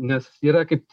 nes yra kaip